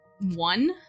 one